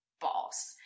boss